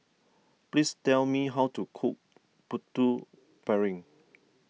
please tell me how to cook Putu Piring